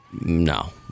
no